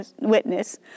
witness